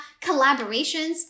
collaborations